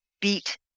BEAT